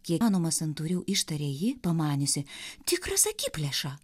kiek įmanoma santūriau ištarė ji pamaniusi tikras akiplėša